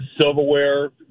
silverware